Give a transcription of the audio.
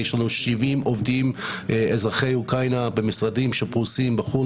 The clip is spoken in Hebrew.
יש לנו 70 עובדים אזרחי אוקראינה במשרדים שפרוסים בכל